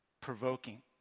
provoking